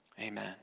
Amen